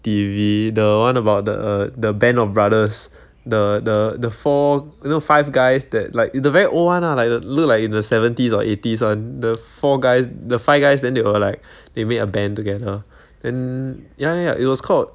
T_V the one about the the band of brothers the the the four you know five guys that like the very old one ah like that look like in the seventies or eighties [one] the four guys the five guys then they were like they made a band together then ya ya ya it was called